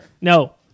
No